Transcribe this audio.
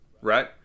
right